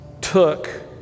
took